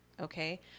okay